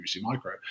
Micro